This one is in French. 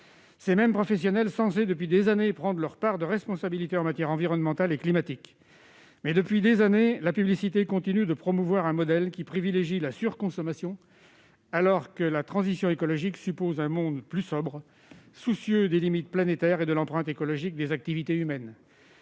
de professionnels, lesquels sont censés prendre, depuis des années, leur part de responsabilité en matière environnementale et climatique ... Or la publicité continue de promouvoir un modèle privilégiant la surconsommation alors que la transition écologique suppose un monde plus sobre, soucieux des limites planétaires et de l'empreinte écologique des activités humaines.